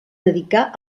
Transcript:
dedicà